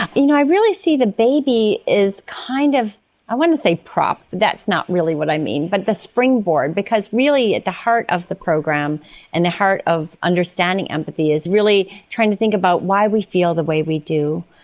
i you know i really see the baby as. kind of i don't want to say prop, that's not really what i mean, but the springboard, because really at the heart of the program and the heart of understanding empathy is really trying to think about why we feel the way we do,